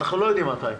אנחנו לא יודעים מתי,